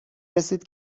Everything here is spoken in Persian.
رسید